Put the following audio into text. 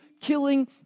killing